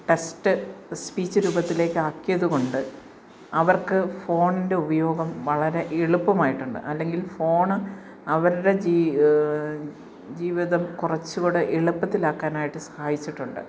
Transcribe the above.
test speech രൂപത്തിലേക്ക് ആക്കിയത് കൊണ്ട് അവർക്ക് ഫോണിൻ്റെ ഉപയോഗം വളരെ എളുപ്പമായിട്ടുണ്ട് അല്ലെങ്കിൽ ഫോണ് അവരുടെ ജീവിതം കുറച്ച് കൂടെ എളുപ്പത്തിലാക്കാനായിട്ട് സഹായിച്ചിട്ടുണ്ട്